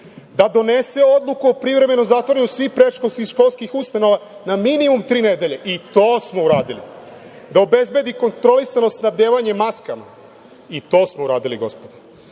Da donese odluku o privremeno zatvoreni predškolski i školskih ustanova na minimum tri nedelje, i to smo uradili, da obezbedi kontrolisano snabdevanje maskama, i to smo uradili gospodo,